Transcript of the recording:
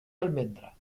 almendra